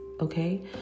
okay